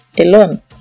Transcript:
alone